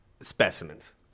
specimens